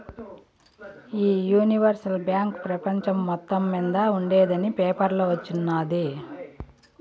ఈ universal bank పెపంచం మొత్తం మింద ఉండేందని పేపర్లో వచిన్నాది